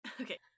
Okay